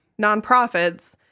nonprofits